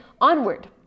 onward